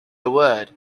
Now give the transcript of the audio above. award